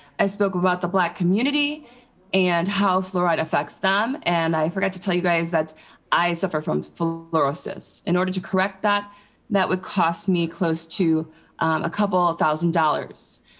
i spoke about the black community and how fluoride affects them. and i forgot to tell you guys that i suffer from fluorosis in order to correct that that would cost me close to a couple of thousand dollars.